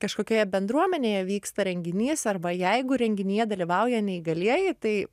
kažkokioje bendruomenėje vyksta renginys arba jeigu renginyje dalyvauja neįgalieji tai